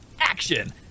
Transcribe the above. Action